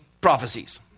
prophecies